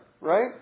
right